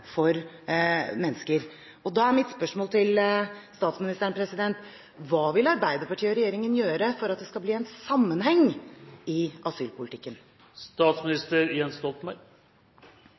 for mennesker. Da er mitt spørsmål til statsministeren: Hva vil Arbeiderpartiet og regjeringen gjøre for at det skal bli en sammenheng i